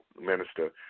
Minister